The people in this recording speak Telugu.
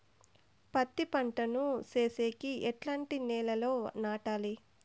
పత్తి పంట ను సేసేకి ఎట్లాంటి నేలలో నాటాలి?